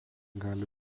gali